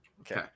Okay